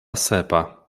sepa